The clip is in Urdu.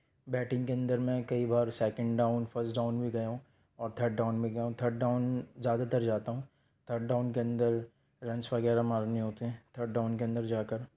بیٹنگ کے اندر میں کئی بار سیکنڈ ڈاؤن فرسٹ ڈاؤن بھی گیا ہوں اور تھرڈ ڈاؤن بھی گیا ہوں تھرڈ ڈاؤن زیادہ تر جاتا ہوں تھرڈ ڈاؤن کے اندر رنس وغیرہ مارنے ہوتے ہیں تھرڈ ڈاؤن کے اندر جا کر